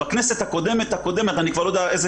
בכנסת הקודמת-הקודמת אני כבר לא יודע איזו